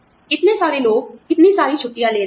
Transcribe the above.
इतने सारे लोग इतनी सारी छुट्टियाँ ले रहे हैं